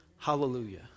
Hallelujah